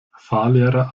fahrlehrer